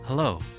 Hello